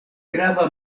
grava